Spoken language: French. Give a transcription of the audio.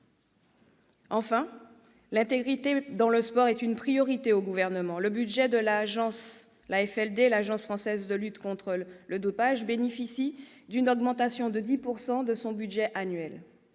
Enfin, l'intégrité dans le sport est une priorité du Gouvernement. Le budget de l'Agence française de lutte contre le dopage, l'AFLD, bénéficie d'une augmentation de 10 % de son budget annuel.